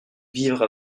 vivre